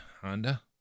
Honda